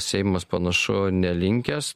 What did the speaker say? seimas panašu nelinkęs